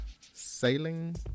Sailing